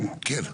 כן.